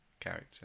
character